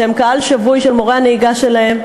שהם קהל שבוי של מורי הנהיגה שלהם.